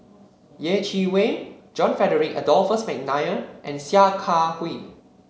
Yeh Chi Wei John Frederick Adolphus McNair and Sia Kah Hui